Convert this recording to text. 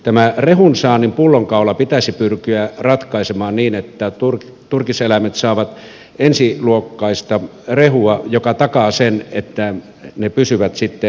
tämä rehunsaannin pullonkaula pitäisi pyrkiä ratkaisemaan niin että turkiseläimet saavat ensiluokkaista rehua mikä takaa sen että ne pysyvät sitten terveenä